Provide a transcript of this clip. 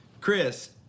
Chris